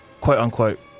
quote-unquote